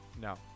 No